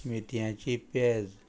मेथियाची पेज